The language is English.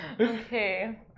okay